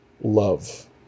love